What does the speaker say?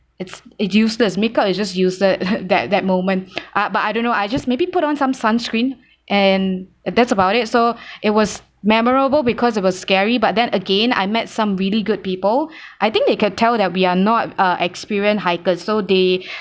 it's it's useless makeup is just useless at that that moment ah but I don't know I just maybe put on some sunscreen and that's about it so it was memorable because of it was scary but then again I met some really good people I think they could tell that we are not uh experienced hikers so they